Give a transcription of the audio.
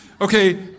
Okay